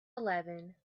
eleven